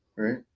Right